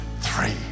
three